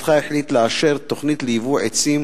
משרדך החליט לאשר תוכנית לייבוא עצים